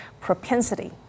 propensity